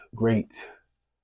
great